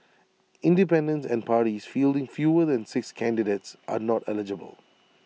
independents and parties fielding fewer than six candidates are not eligible